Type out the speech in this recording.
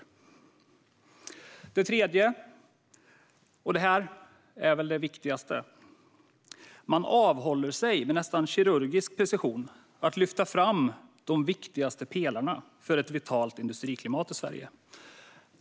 För det tredje, och det här är det viktigaste, avhåller man sig med nästan kirurgisk precision från att lyfta fram de viktigaste pelarna för ett vitalt industriklimat i Sverige.